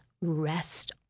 rest